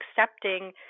accepting